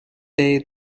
day